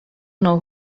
know